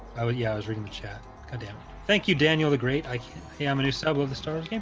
ah ah yeah, i was reading but yeah damn thank you daniel the great i can't yeah, i'm a new sub of the story.